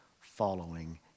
following